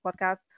podcast